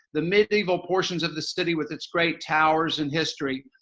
the medieval portions of the city with its great towers and history.